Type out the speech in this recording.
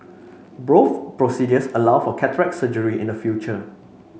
both procedures allow for cataract surgery in the future